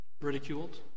Ridiculed